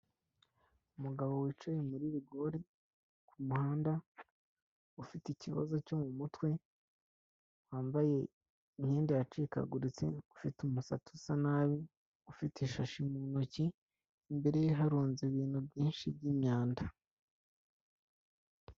Umugabo wicaye muri ribigori, ku muhanda ufite ikibazo cyo mumutwe, wambaye imyenda yacikaguritse ufite umusatsi usa nabi, ufite ishashi mu ntoki, imbere ye harunze ibintu byinshi by'imyanda.